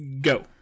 Go